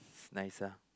nice ah